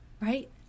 right